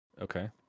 okay